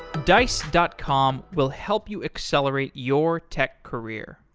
dice dot com will help you accelerate your tech career.